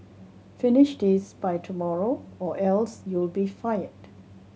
finish this by tomorrow or else you'll be fired